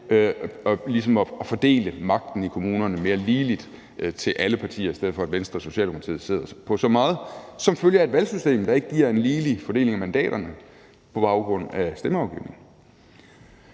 at fordele magten i kommunerne mere ligeligt til alle partier, i stedet for at Venstre og Socialdemokratiet sidder på så meget som følge af et valgsystem, der ikke giver en ligelig fordeling af mandaterne på baggrund af stemmeafgivningen.